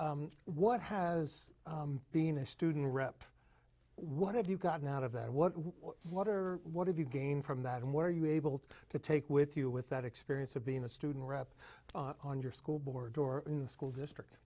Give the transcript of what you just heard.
what has being a student rep what have you gotten out of that what what or what have you gain from that and what are you able to take with you with that experience of being a student rep on your school board or in the school district